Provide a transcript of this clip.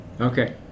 Okay